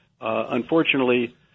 Unfortunately